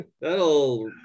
That'll